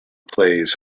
plays